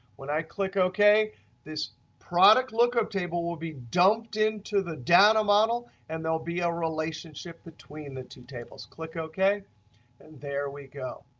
when i click ok this product lookup table will be dumped into the data model and there will be a relationship between the two tables. click ok and there we go.